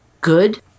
good